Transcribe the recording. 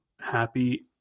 happy